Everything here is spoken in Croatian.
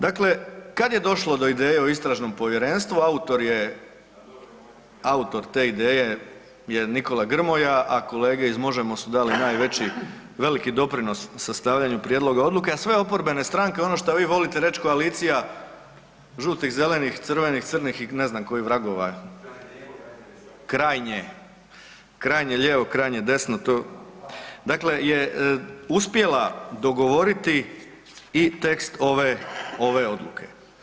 Dakle, kad je došlo do ideje o istražnom povjerenstvu, autor je, autor te ideje je Nikola Grmoja, a kolege iz Možemo su dali najveći, veliki doprinos sastavljanju prijedloga odluke, a sve oporbene stranke, ono što vi volite reći koalicija žutih, zelenih, crvenih, crni i ne znam kojih vragova krajnje, krajnje lijevo, krajnje desno to, dakle je uspjela dogovoriti i tekst ove, ove odluke.